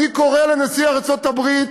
אני קורא לנשיא ארצות-הברית: